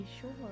sure